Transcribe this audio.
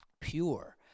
pure